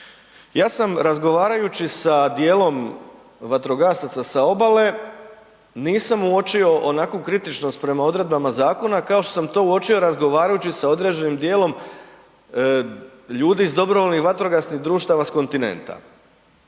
Ja sam razgovarajući sa djelom vatrogasaca sa obale, nisam uočio onakvu kritičnost prema odredbama zakona kao što sam to uočio razgovarajući sa određenim djelom ljudi iz DVD-a s kontinenta.